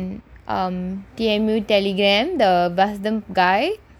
um T_M_U Telegram the custom guy